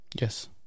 Yes